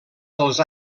dels